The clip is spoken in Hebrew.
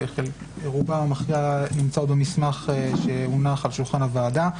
שרובן המכריע נמצאות במסמך שהונח על שולחן הוועדה.